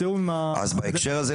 אז בהקשר הזה,